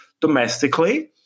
domestically